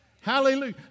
Hallelujah